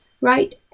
right